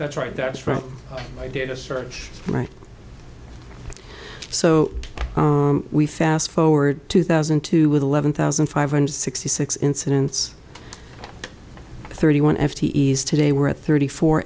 that's right that's right i did a search right so we fast forward two thousand and two with eleven thousand five hundred sixty six incidents thirty one f t s today we're at thirty four